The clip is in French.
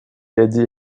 lady